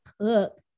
cook